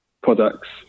products